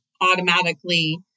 automatically